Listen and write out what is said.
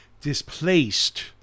displaced